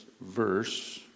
verse